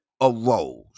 arose